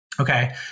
Okay